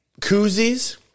koozies